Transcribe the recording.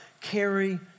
carry